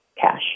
cash